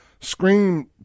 scream